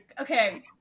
Okay